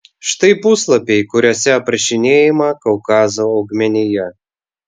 štai puslapiai kuriuose aprašinėjama kaukazo augmenija